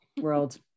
world